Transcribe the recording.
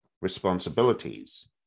responsibilities